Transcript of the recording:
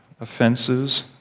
offenses